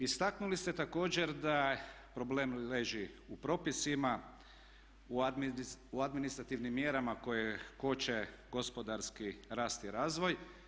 Istaknuli ste također da problem leži u propisima, u administrativnim mjerama koje koče gospodarski rast i razvoj.